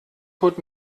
holt